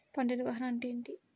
పంట నిర్వాహణ అంటే ఏమిటి?